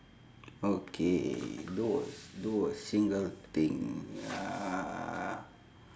okay do a s~ do a single thing uh